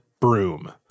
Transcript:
broom